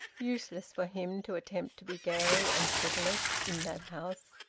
useless for him to attempt to be gay and frivolous in that house!